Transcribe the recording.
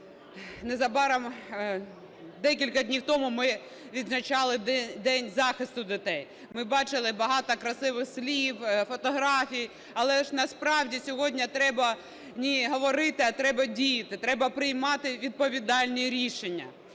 Незабаром... декілька днів тому ми відзначали День захисту дітей, ми бачили багато красивих слів, фотографій, але ж насправді сьогодні треба не говорити, а треба діяти, треба приймати відповідальні рішення.